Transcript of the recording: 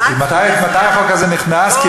מתי החוק הזה נכנס?